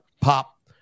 pop